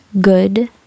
good